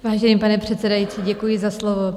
Vážený pane předsedající, děkuji za slovo.